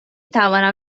توانم